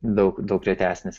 daug daug retesnis